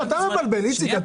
לא, אתה מבלבל, איציק.